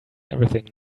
everything